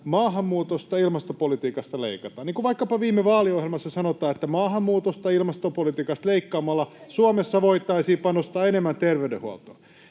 maahanmuutosta ja ilmastopolitiikasta leikataan. Niin kuin vaikkapa viime vaaliohjelmassa sanotaan, ”maahanmuutosta ja ilmastopolitiikasta leikkaamalla Suomessa voitaisiin panostaa enemmän terveydenhuoltoon”.